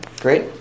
great